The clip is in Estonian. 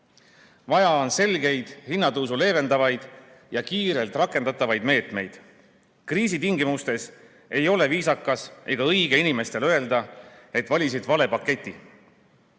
Vaja on selgeid hinnatõusu leevendavaid ja kiirelt rakendatavaid meetmeid. Kriisi tingimustes ei ole viisakas ega õige inimesele öelda, et valisid vale paketi.